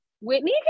Whitney